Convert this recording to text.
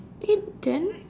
eh then